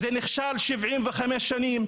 זה נכשל 75 שנים,